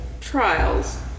trials